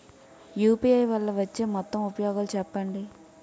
UPI వల్ల వచ్చే మొత్తం ఉపయోగాలు చెప్పండి?